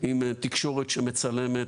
עם תקשורת שמצלמת,